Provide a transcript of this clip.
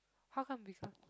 how come this ah